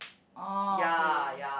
orh okay